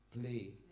play